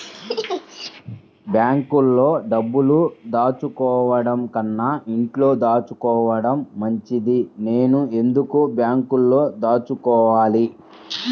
బ్యాంక్లో డబ్బులు దాచుకోవటంకన్నా ఇంట్లో దాచుకోవటం మంచిది నేను ఎందుకు బ్యాంక్లో దాచుకోవాలి?